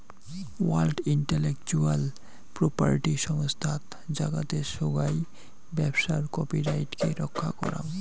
world intellectual property সংস্থাত জাগাতের সোগাই ব্যবসার কপিরাইটকে রক্ষা করাং